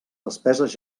despeses